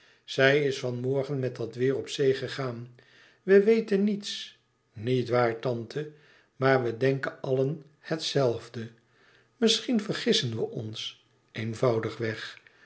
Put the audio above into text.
zij is van morgen met dat weêr op zee gegaan we weten niets niet waar tante maar we denken allen het zelfde misschien vergissen we ons eenvoudig weg